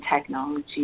technology